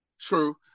true